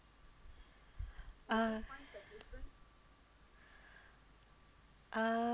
uh uh